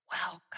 welcome